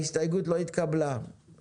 ההסתייגות לא התקבלה.